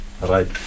right